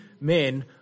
men